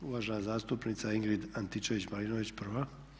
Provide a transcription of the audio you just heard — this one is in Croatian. Uvažena zastupnica Ingrid Antičević Marinović, prva.